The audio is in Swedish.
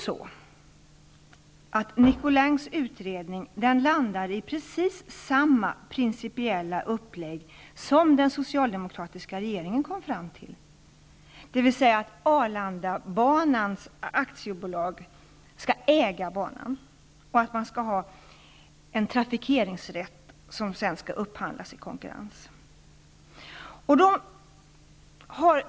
Nicolins utredning landar ju på precis samma principiella uppläggning som den som den socialdemokratiska utredningen kom fram till, dvs. att Arlandabanan AB skall äga banan och att en trafikeringsrätt skall upphandlas i konkurrens.